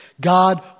God